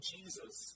Jesus